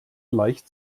leicht